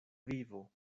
vivo